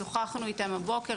שוחחנו איתם הבוקר.